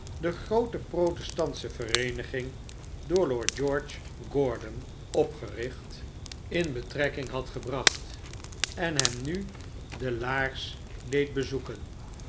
de groote protestantsche vereeniging door lord george gorden opgericht in hugh wordt in de broederschap opgenomen t etrekking had gebracht en hem nu de laars deed bezoeken